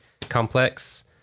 complex